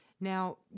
Now